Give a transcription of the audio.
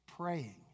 praying